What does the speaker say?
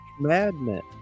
Madness